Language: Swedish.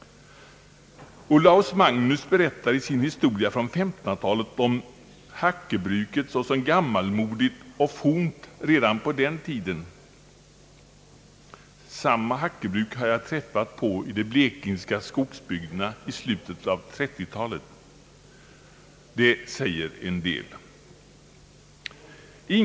Olaus Magnus berättar i sin historia från 1500-talet om hackebruket såsom gammalmodigt och fornt redan på den tiden. Samma hackebruk har jag träffat på i de blekingska skogsbygderna i slutet på 1930-talet. Det säger en del om situationen.